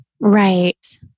Right